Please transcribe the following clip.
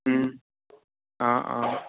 অঁ অঁ